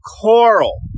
coral